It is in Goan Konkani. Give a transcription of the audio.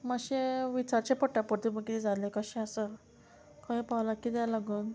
मातशें विचारचें पडटा परतें किदें जाल्लें कशें आसा खंय पावलां किद्या लागून